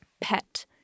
pet